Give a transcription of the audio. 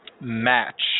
Match